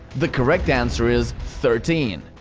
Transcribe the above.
the correct answer is thirteen.